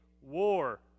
war